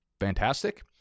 fantastic